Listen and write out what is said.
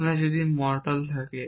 আপনার যদি মরটাল থাকে